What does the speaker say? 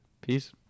Peace